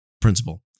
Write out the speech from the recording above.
principle